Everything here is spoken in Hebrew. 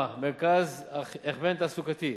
4. מרכז הכוון תעסוקתי: